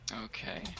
Okay